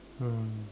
ah